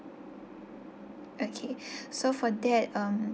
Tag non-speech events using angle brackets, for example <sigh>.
okay <breath> so for that um